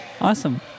Awesome